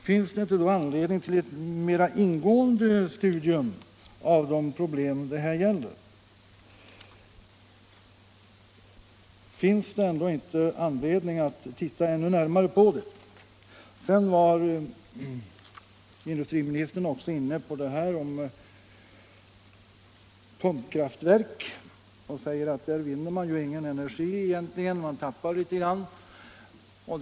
Finns det inte anledning till ett mera ingående studium av de problem det här gäller? Industriministern var också inne på frågan om pumpkraftverk och sade att man med dem egentligen inte vinner någon energi — tvärtom förlorar man något litet energi.